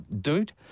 dude